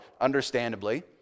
understandably